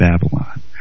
Babylon